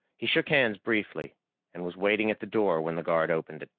he shook hands briefly and was waiting at the door when the guard opened it.